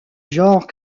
genre